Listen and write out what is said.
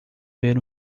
ver